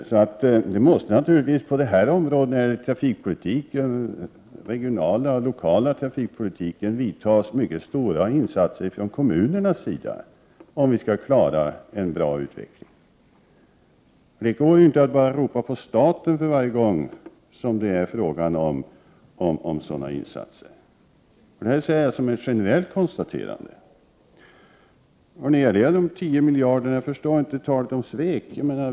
När det gäller den regionala och lokala trafikpolitiken behövs det naturligtvis mycket stora insatser från kommunernas sida om vi skall klara en bra utveckling. Man kan inte ropa på staten varje gång som det behövs insatser — det är ett generellt konstaterande. Sedan förstår jag inte varför man talar om svek beträffande de 10 miljarderna.